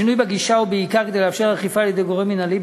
השינוי בגישה הוא בעיקר כדי לאפשר אכיפה על-ידי גורם מינהלי,